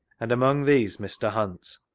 and among these mr. hunt.